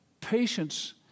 Patience